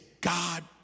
God